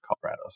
Colorado